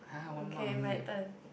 okay my turn